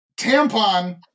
tampon